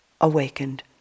awakened